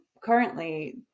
currently